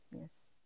Yes